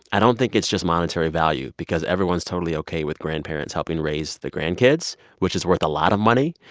i don't think it's just monetary value because everyone's totally ok with grandparents helping raise the grandkids, which is worth a lot of money.